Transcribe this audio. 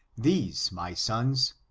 these, my sons,